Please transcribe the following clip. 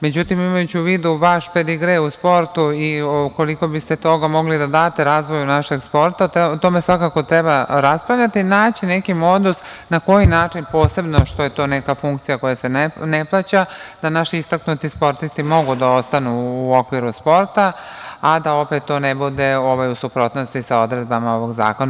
Međutim, imajući u vidu vaš pedigre u sportu i ukoliko bi ste toga mogli da date razvoju našeg sporta, o tome svakako treba raspravljati, naći neki modus na koji način, posebno što je to neka funkcija koja se ne plaća, da naši istaknuti sportisti mogu da ostanu u okviru sporta, a da opet to ne bude u suprotnosti sa odredbama ovog zakona.